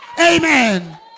amen